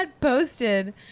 posted